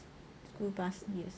school bus yes